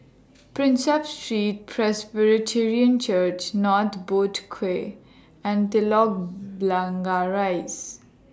Prinsep Street Presbyterian Church North Boat Quay and Telok Blangah Rise